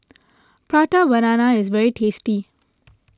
Prata Banana is very tasty